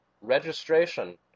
registration